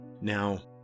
Now